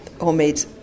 homemade